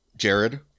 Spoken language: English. Jared